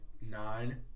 nine